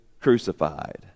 Crucified